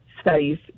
studies